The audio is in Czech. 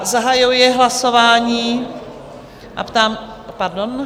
Zahajuji hlasování a ptám se, pardon...